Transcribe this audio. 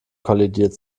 kollidiert